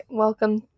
welcome